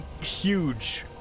huge